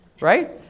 right